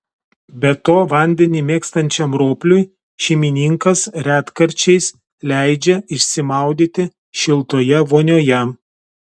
be to vandenį mėgstančiam ropliui šeimininkas retkarčiais leidžia išsimaudyti šiltoje vonioje